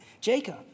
Jacob